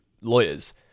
lawyers